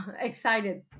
excited